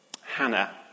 Hannah